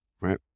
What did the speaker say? Right